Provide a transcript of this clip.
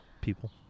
people